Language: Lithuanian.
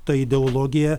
ta ideologija